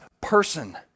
person